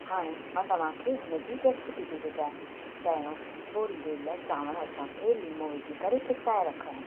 हाणे मां तव्हां खे हुन जी रैसिपी थी ॿुधायां पहिरियों थोरी देर लाइ चांवर असां खे लीमो विझी करे पिसाए रखिणा आहिनि